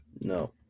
No